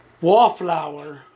wallflower